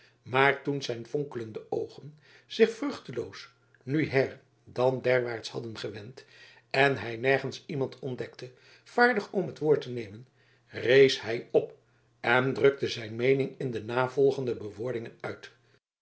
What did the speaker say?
maar toen zijn fonkelende oogen zich vruchteloos nu her dan derwaarts hadden gewend en hij nergens iemand ontdekte vaardig om het woord te nemen rees hij op en drukte zijn meening in de navolgende bewoordingen uit